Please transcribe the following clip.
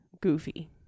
goofy